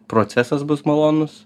procesas bus malonus